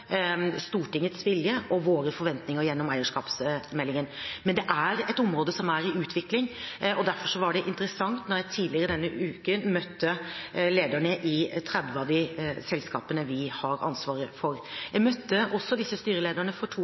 Stortingets vilje og våre forventninger gjennom eierskapsmeldingen. Men det er et område som er i utvikling, og derfor var det interessant da jeg tidligere i denne uken møtte lederne i 30 av de selskapene vi har ansvaret for. Jeg møtte disse styrelederne også for to